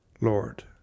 Lord